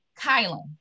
Kylan